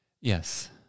Yes